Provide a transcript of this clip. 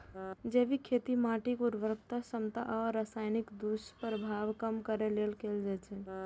जैविक खेती माटिक उर्वरता संरक्षण आ रसायनक दुष्प्रभाव कम करै लेल कैल जाइ छै